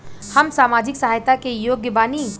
हम सामाजिक सहायता के योग्य बानी?